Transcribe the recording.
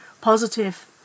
positive